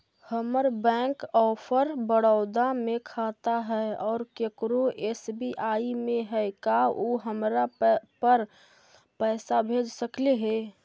हमर bank of Baroda में खाता है और केकरो एस.बी.आई में है का उ हमरा पर पैसा भेज सकले हे?